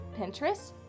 Pinterest